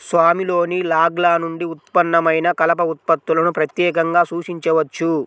స్వామిలోని లాగ్ల నుండి ఉత్పన్నమైన కలప ఉత్పత్తులను ప్రత్యేకంగా సూచించవచ్చు